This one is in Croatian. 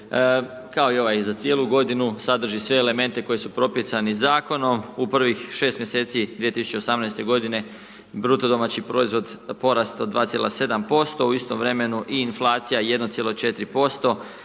Kao i ovaj za cijelu godinu, sadrži sve elemente koji su propisani Zakonom. U prvih 6 mjeseci 2018. godine, bruto domaći proizvod porastao 2,7%, u istom vremenu i inflacija 1,4%,